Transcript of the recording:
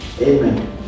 Amen